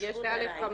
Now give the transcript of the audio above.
יש לי א5.